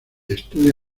estudia